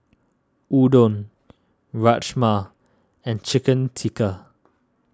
Udon Rajma and Chicken Tikka